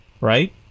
right